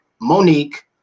Monique